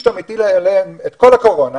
פתאום הטילו עליהם את כל הקורונה,